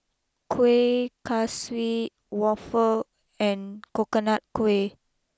Kuih Kaswi waffle and Coconut Kuih